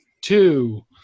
two